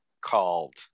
called